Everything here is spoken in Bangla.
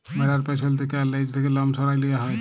ভ্যাড়ার পেছল থ্যাকে আর লেজ থ্যাকে লম সরাঁয় লিয়া হ্যয়